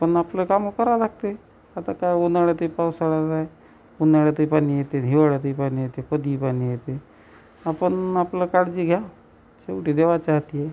पण आपलं काम करावं लागते आता काय उन्हाळ्यातही पावसाळा आला आहे उन्हाळ्यातही पाणी येते हिवाळ्यातही पाणी येते कधीही पाणी येते आपण आपलं काळजी घ्या शेवटी देवाच्या हाती आहे